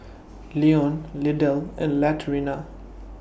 Leon Lydell and Latrina